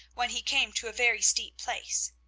when he came to a very steep place.